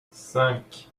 cinq